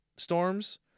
storms